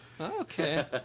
Okay